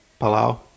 Palau